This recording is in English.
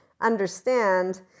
understand